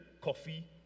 coffee